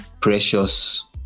precious